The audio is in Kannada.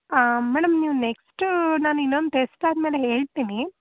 ಹಾಂ ಮೇಡಮ್ ನೀವು ನೆಕ್ಸ್ಟ್ ನಾನು ಇನ್ನೊಂದು ಟೆಸ್ಟ್ ಆದ್ಮೇಲೆ ಹೇಳ್ತೀನಿ